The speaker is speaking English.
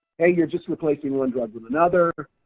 hey, you're just replacing one drug with another,